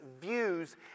views